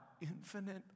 infinite